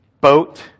BOAT